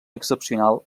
excepcional